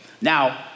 Now